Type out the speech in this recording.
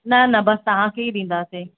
न न बसि तव्हांखे ई ॾींदासीं